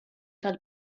tal